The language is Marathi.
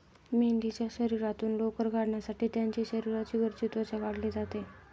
मेंढीच्या शरीरातून लोकर काढण्यासाठी त्यांची शरीराची वरची त्वचा काढली जाते